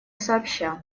сообща